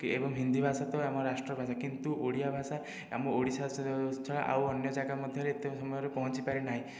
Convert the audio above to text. ଏବଂ ହିନ୍ଦୀ ଭାଷା ତ ଆମ ରାଷ୍ଟ୍ର ଭାଷା କିନ୍ତୁ ଓଡ଼ିଆ ଭାଷା ଆମ ଓଡ଼ିଶା ଛଡ଼ା ଆଉ ଅନ୍ୟଜାଗା ମଧ୍ୟରେ ଏତେ ସମୟରେ ପହଞ୍ଚି ପାରିନାହିଁ